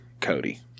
Cody